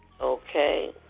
Okay